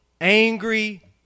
angry